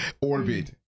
Orbit